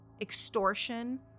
extortion